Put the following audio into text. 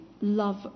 love